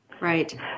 Right